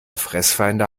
fressfeinde